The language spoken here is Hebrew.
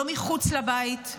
לא מחוץ לבית,